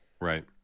Right